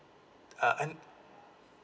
uh and